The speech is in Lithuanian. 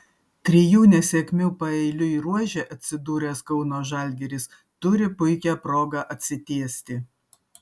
trijų nesėkmių paeiliui ruože atsidūręs kauno žalgiris turi puikią progą atsitiesti